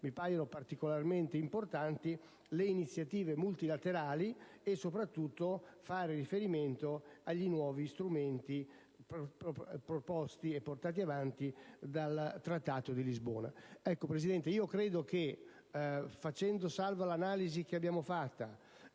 mi appaiono particolarmente importanti: le iniziative multilaterali e, soprattutto, il riferimento ai nuovi strumenti proposti e portati avanti dal Trattato di Lisbona. Signora Presidente, facendo salva l'analisi che abbiamo fatto,